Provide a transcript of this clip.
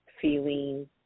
feeling